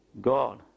God